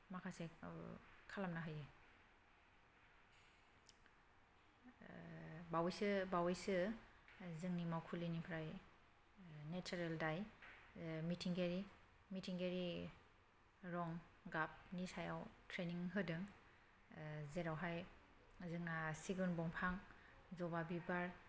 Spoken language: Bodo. माखासे खालामना होयो बावैसो बावैसो जोंनि मावखुलिनिफ्राय नेचारेल डाय मिथिंगायारि मिथिंगायारि रं गाबनि सायाव ट्रेनिं होदों जेरावहाय जोंना सिगुन दंफां जबा बिबार